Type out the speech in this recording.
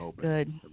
Good